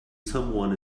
someone